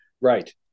Right